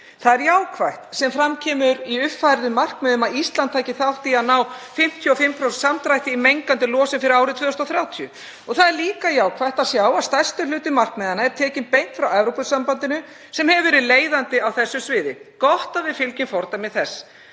Það er jákvætt sem fram kemur í uppfærðum markmiðum að Ísland taki þátt í að ná 55% samdrætti í mengandi losun fyrir árið 2030. Það er líka jákvætt að sjá að stærstur hluti markmiðanna er tekinn beint frá Evrópusambandinu sem hefur verið leiðandi á þessu sviði. Gott að við fylgjum fordæmi þess.